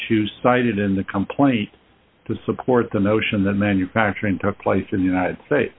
choose cited in the complaint to support the notion that manufacturing took place in the united states